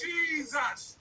Jesus